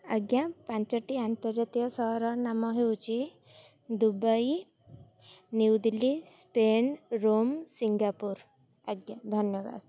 ଆଜ୍ଞା ପାଞ୍ଚଟି ଆନ୍ତର୍ଜାତୀୟ ସହରର ନାମ ହେଉଛି Dubai new Delhi Spain Rome Singapore ଆଜ୍ଞା ଧନ୍ୟବାଦ